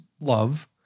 love